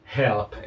help